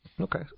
Okay